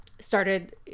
started